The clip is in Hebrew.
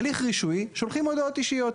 הליך רישוי שולחים הודעות אישיות.